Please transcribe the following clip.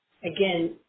again